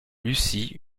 lucy